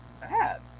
bad